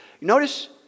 Notice